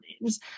Names